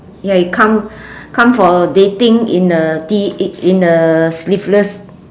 ya you come come for dating in a T in in a sleeveless